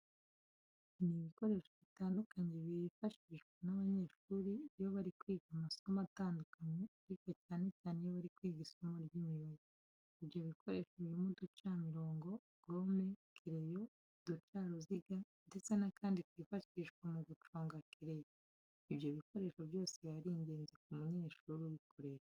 Ni ibikoresho bitandukanye byifashishwa n'abanyeshuri iyo bari kwiga amasomo atandukanye ariko cyane cyane iyo bari kwiga isomo ry'Imibare. Ibyo bikoresho birimo uducamirongo, gome, kereyo, uducaruziga ndetse n'akandi kifashishwa mu guconga kereyo. Ibyo bikoresho byose bikaba ari ingenzi ku munyeshuri ubikoresha.